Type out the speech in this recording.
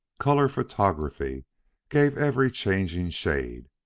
color photography gave every changing shade.